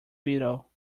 beetle